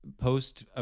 post